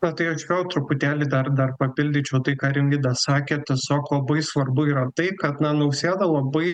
na tai aš vėl truputėlį dar dar papildyčiau tai ką rimvydas sakė tiesiog labai svarbu yra tai kad na nausėda labai